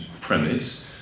premise